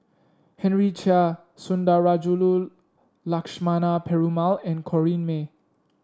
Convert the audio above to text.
Henry Chia Sundarajulu Lakshmana Perumal and Corrinne May